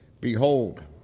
Behold